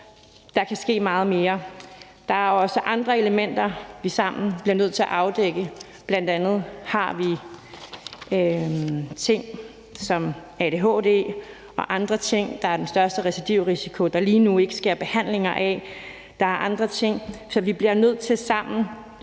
der kan ske meget mere. Der er også andre elementer, som vi sammen bliver nødt til at afdække. Bl.a. har vi ting som adhd og andre ting, der er den største recidivrisiko, og som der lige nu ikke sker behandling af. Der er andre ting. Så vi bliver nødt til sammen